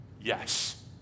Yes